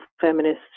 feminists